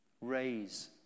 raise